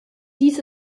dies